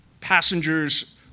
passengers